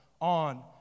on